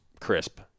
crisp